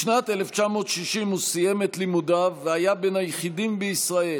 בשנת 1960 הוא סיים את לימודיו והיה בין היחידים בישראל